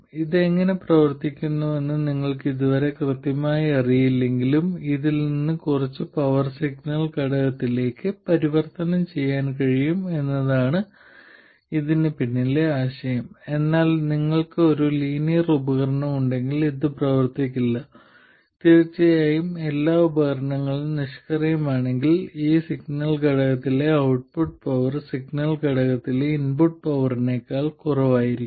ഇത് എങ്ങനെ പ്രവർത്തിക്കുന്നുവെന്ന് നിങ്ങൾക്ക് ഇതുവരെ കൃത്യമായി അറിയില്ലെങ്കിലും ഇതിൽ നിന്ന് കുറച്ച് പവർ സിഗ്നൽ ഘടകത്തിലേക്ക് പരിവർത്തനം ചെയ്യാൻ കഴിയും എന്നതാണ് ഇതിന് പിന്നിലെ ആശയം എന്നാൽ നിങ്ങൾക്ക് ഒരു ലീനിയർ ഉപകരണം ഉണ്ടെങ്കിൽ ഇത് പ്രവർത്തിക്കില്ല തീർച്ചയായും എല്ലാ ഉപകരണങ്ങളും നിഷ്ക്രിയമാണെങ്കിൽ ഈ സിഗ്നൽ ഘടകത്തിലെ ഔട്ട്പുട്ട് പവർ സിഗ്നൽ ഘടകത്തിലെ ഇൻപുട്ട് പവറിനേക്കാൾ കുറവായിരിക്കും